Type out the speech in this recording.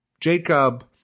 Jacob